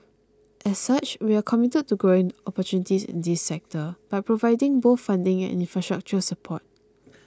as such we are committed to growing the opportunities in this sector by providing both funding and infrastructure support